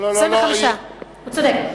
לא, 25. 25, הוא צודק.